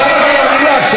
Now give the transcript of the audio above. זהבה גלאון,